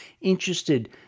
interested